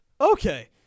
Okay